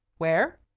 where?